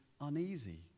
uneasy